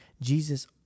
Jesus